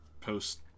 post